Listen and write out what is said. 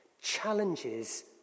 challenges